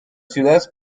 ciudades